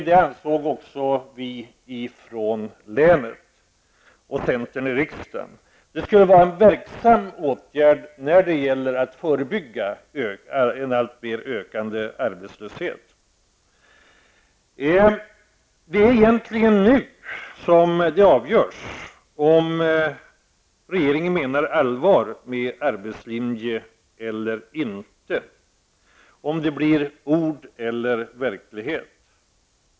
Det ansåg också vi ifrån länet och centern i riksdagen. Det skulle vara en verksam åtgärd när det gäller att förebygga en alltmer ökande arbetslöshet. Det är egentligen nu som det avgörs om regeringen menar allvar med arbetslinje eller inte, om det blir ord eller verklighet.